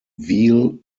veal